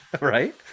Right